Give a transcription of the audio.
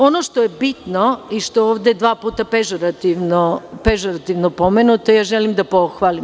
Ono što je bitno i što je ovde dva puta pežorativno pomenuto, to želim da pohvalim.